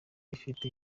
ifite